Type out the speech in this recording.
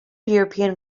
european